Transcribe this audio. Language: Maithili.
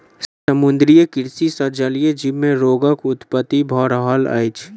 समुद्रीय कृषि सॅ जलीय जीव मे रोगक उत्पत्ति भ रहल अछि